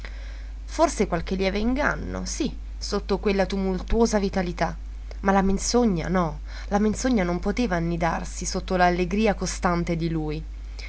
forse qualche lieve inganno sì sotto quella tumultuosa vitalità ma la menzogna no la menzogna non poteva annidarsi sotto l'allegria costante di lui